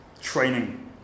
training